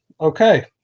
okay